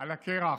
על הקרח.